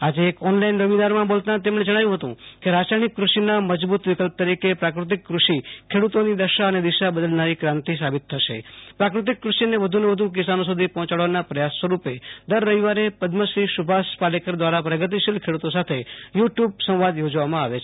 આજે એક ઓનલાઈન વેબીનારમાં બોલતા તેમણે જણાવ્યુ હતું કે રાસાયણિક કૃષિના મજબુ ત વિકલ્પ તરીકે પ્રાકૃતિક કૃષિ ખેડુતોની દશા અને દિશા બદલનારી ક્રાતિ સાબિત થશે પ્રાકૃતિક કૃષિને વધુ ને વધુ કિસાનો સુ ધી પહોંચાડવાા પ્રયાસરૂપે દર રવિવારે પદ્મશ્રી સુ ભાષ પાલેકર દ્રારા પ્રગતિશીલ ખેડુતો સાથે યુ ટ્યુબ સંવાદ યોજવામાં આવે છે